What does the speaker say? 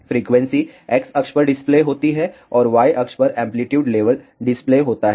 frequency X अक्ष पर display होती है और Y अक्ष पर एम्पलीटूड लेवल डिस्प्ले होता है